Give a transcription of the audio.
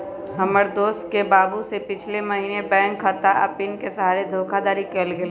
हमर दोस के बाबू से पिछले महीने बैंक खता आऽ पिन के सहारे धोखाधड़ी कएल गेल